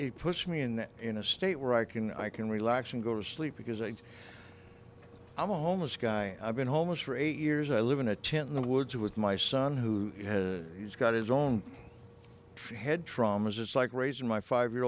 it puts me in in a state where i can i can relax and go to sleep because i think i'm a homeless guy i've been homeless for eight years i live in a tent in the woods with my son who has got his own head traumas it's like raising my five year